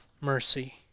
mercy